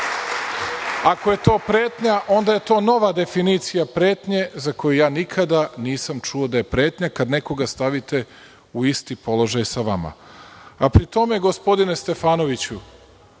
ako je to pretnja, onda je to nova definicija pretnje za koju ja nikad nisam čuo da je pretnja, kad nekoga stavite u isti položaj sa vama. Pri tome, gospodine Stefanoviću,